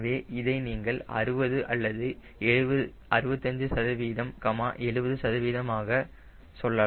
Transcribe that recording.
எனவே இதை நீங்கள் 60 அல்லது 65 சதவீதம் 70 சதவீதமாக சொல்லலாம்